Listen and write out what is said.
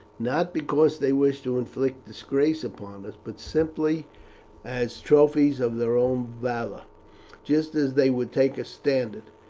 not because they wished to inflict disgrace upon us, but simply as trophies of their own valour just as they would take a standard.